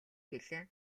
гэлээ